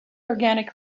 organic